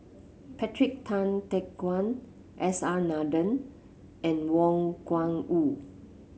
Patrick Tay Teck Guan S R Nathan and Wang Gungwu